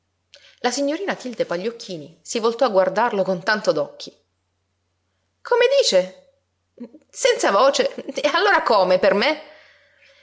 la signorina tilde pagliocchini si voltò a guardarlo con tanto d'occhi come dice senza voce e allora come per me